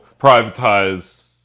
privatize